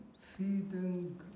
feeding